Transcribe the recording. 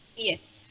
Yes